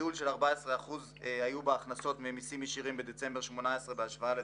גידול של 14% היה בהכנסות ממיסים ישירים בדצמבר 2018 לעומת